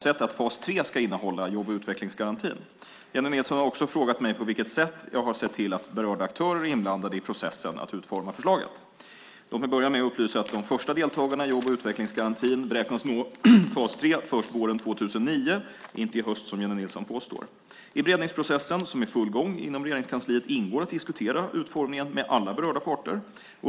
Herr talman! Jennie Nilsson har frågat mig vad jag har avsett att fas tre i jobb och utvecklingsgarantin ska innehålla. Jennie Nilsson har också frågat mig på vilket sätt jag har sett till att berörda aktörer är inblandade i processen att utforma förslaget. Låt mig börja med att upplysa att de första deltagarna i jobb och utvecklingsgarantin beräknas nå fas tre först våren 2009, inte i höst som Jennie Nilsson påstår. I beredningsprocessen, som är i full gång inom Regeringskansliet, ingår att diskutera utformningen med alla berörda parter.